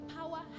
power